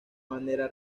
bandera